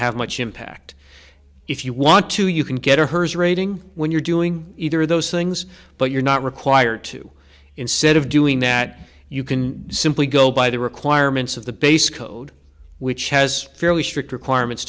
have much impact if you want to you can get a hers rating when you're doing either of those things but you're not required to instead of doing that you can simply go by the requirements of the base code which has fairly strict requirements